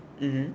mmhmm